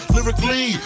Lyrically